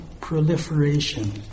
proliferation